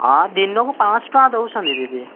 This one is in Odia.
ହଁ ଦିନକୁ ପାଞ୍ଚ ଶହ ଟଙ୍କା ଦେଉଛନ୍ତି ଦିଦି